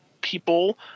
people